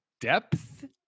depth